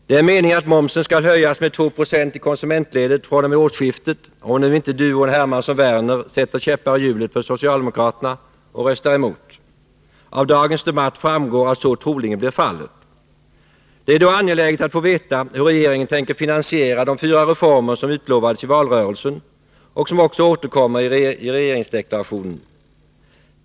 Det är meningen att momsen skall höjas med 2 70 i konsumentledet fr.o.m. årsskiftet, om nu inte duon Hermansson-Werner sätter käppar i hjulet för socialdemokraterna och röstar emot. Av dagens debatt framgår det att så troligen blir fallet. Det är angeläget att få veta hur regeringen tänker finansiera de fyra reformer som utlovades i valrörelsen och som också återkommer i regeringsdeklarationen.